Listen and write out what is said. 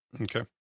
Okay